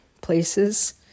places